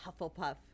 Hufflepuff